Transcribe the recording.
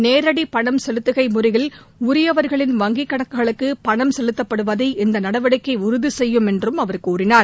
நேரடி பணம் செலுத்துகை முறையில் உரியவர்களின் வங்கி கணக்குகளுக்கு பணம் செலுத்தப்படுவதை இந்த நடவடிக்கை உறுதி செய்யும் என்று அவர் கூறினார்